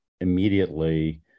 Immediately